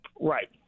Right